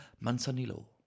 Manzanillo